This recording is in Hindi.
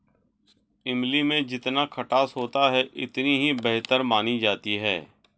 इमली में जितना खटास होता है इतनी ही बेहतर मानी जाती है